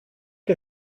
ihr